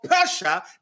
Persia